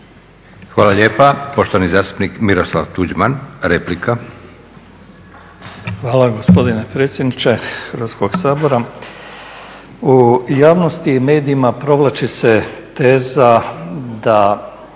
Hvala lijepa. Poštovani zastupnik Miroslav Tuđman, replika. **Tuđman, Miroslav (HDZ)** Hvala vam gospodine predsjedniče Hrvatskog sabora. U javnosti i medijima provlači se teza da